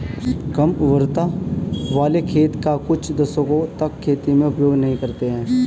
कम उर्वरता वाले खेत का कुछ दशकों तक खेती में उपयोग नहीं करते हैं